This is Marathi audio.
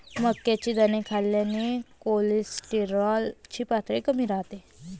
मक्याचे दाणे खाल्ल्याने कोलेस्टेरॉल ची पातळी कमी राहते